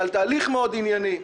על תהליך מאוד ענייני,